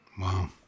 Wow